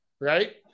right